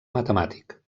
matemàtic